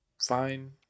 fine